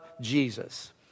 Jesus